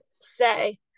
say